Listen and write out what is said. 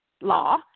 law